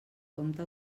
compte